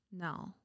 no